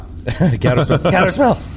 Counterspell